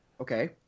Okay